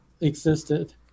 existed